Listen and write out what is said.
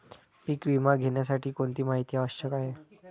पीक विमा घेण्यासाठी कोणती माहिती आवश्यक आहे?